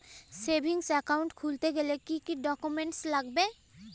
Savings account খুলতে গেলে কি কি ডকুমেন্টস লাগবে?